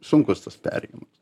sunkus tas perėjimas